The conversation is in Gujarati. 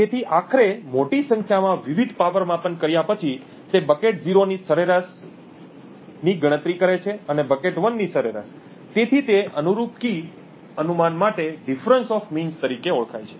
તેથી આખરે મોટી સંખ્યામાં વિવિધ પાવર માપન કર્યા પછી તે બકેટ 0 ની સરેરાશની ગણતરી કરે છે અને બકેટ 1 ની સરેરાશ તેથી તે અનુરૂપ કી અનુમાન માટે ડીફરંસ ઓફ મીન્સ તરીકે ઓળખાય છે